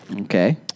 Okay